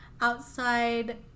outside